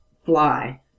fly